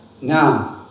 Now